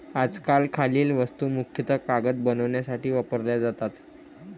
आजकाल खालील वस्तू मुख्यतः कागद बनवण्यासाठी वापरल्या जातात